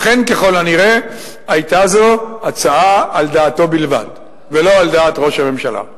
אכן ככל הנראה היתה זו הצעה על דעתו בלבד ולא על דעת ראש הממשלה.